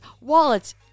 wallets